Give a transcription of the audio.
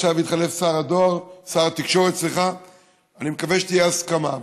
עכשיו התחלף שר התקשורת, ואני מקווה שתהיה הסכמה.